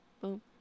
boom